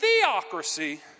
theocracy